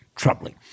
troubling